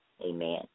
Amen